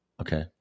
okay